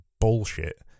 bullshit